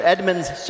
Edmund's